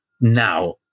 now